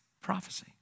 prophecy